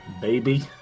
baby